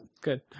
Good